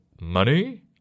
Money